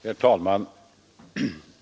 Herr talman!